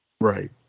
Right